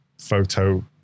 photo